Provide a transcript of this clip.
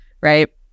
right